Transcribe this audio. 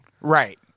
Right